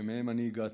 שמהם אני הגעתי.